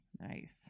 Nice